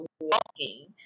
walking